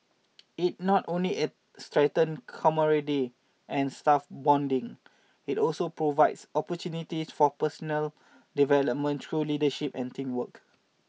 it not only it strengthen camaraderie and staff bonding it also provides opportunities for personal development through leadership and teamwork